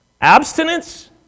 Abstinence